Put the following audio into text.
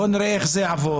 בואו נראה איך זה יעבוד,